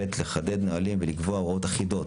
לחדד נהלים ולקבוע הוראות אחידות,